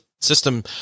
system